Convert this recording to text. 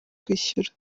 kwishyura